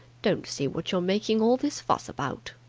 don't see what you're making all this fuss about.